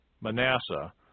Manasseh